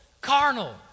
carnal